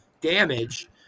damage